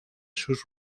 sus